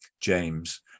james